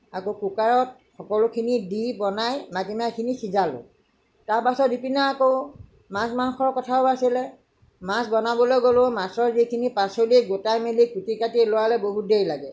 আকৌ কুকাৰত সকলোখিনি দি নমাই মাটিমাহখিনি সিজালোঁ তাৰপিছত ইপিনে আকৌ মাছ মাংসৰ কথাও আছিলে মাছ বনাবলৈ গ'লোঁ মাছৰ যিখিনি পাচলি গোটাই মেলি কুটি কাটি লোৱালে বহুত দেৰি লাগে